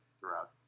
throughout